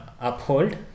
uphold